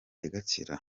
igakira